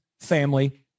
family